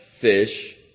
fish